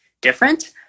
different